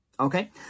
Okay